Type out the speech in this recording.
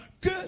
que